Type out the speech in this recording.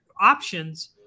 options